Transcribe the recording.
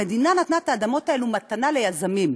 המדינה נתנה את האדמות האלה מתנה ליזמים.